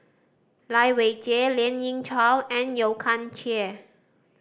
Lai Weijie Lien Ying Chow and Yeo Kian Chye